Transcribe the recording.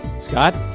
Scott